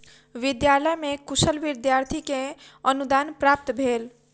विद्यालय में कुशल विद्यार्थी के अनुदान प्राप्त भेल